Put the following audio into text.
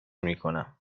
میکنم